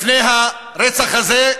לפני הרצח הזה,